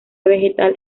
vegetal